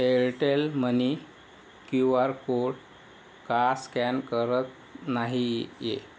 Airtel money Q R code का scan करत नाही आहे